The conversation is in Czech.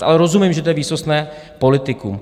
Ale rozumím, že to je výsostné politikum.